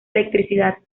electricidad